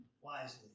wisely